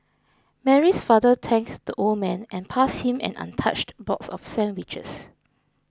Mary's father thanked the old man and passed him an untouched box of sandwiches